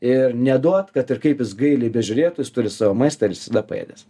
ir neduot kad ir kaip jis gailiai bežiūrėtų jis turi savo maistą ir jis visada paėdęs